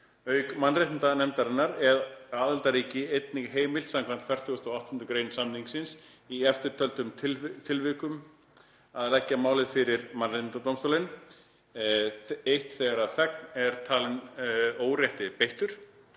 Auk mannréttindanefndarinnar er aðildarríki einnig heimilt samkvæmt 48. gr. samningsins í eftirtöldum tilvikum að leggja málið fyrir mannréttindadómstólinn: 1) Þegar þegn þess er talinn órétti beittur,